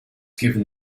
given